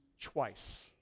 twice